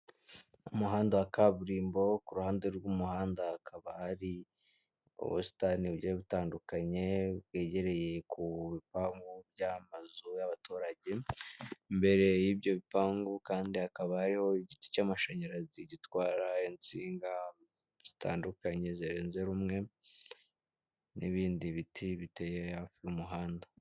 Umuhanda wa kaburimbo ku ruhande rw'umuhanda hakaba hari ubusitani bugiye butandukanye, bwegereye ku bipangu by'amazu y'abaturage, imbere y'ibyo bipangu kandi hakaba hariho igiti cy'amashanyarazi gitwara insinga zitandukanye zirenze rumwe, n'ibindi biti biteye hafi y'umuhanda.